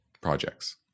projects